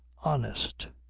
honest.